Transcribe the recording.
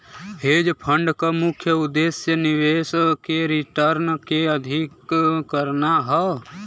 hedge fund क मुख्य उद्देश्य निवेश के रिटर्न के अधिक करना हौ